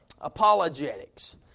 Apologetics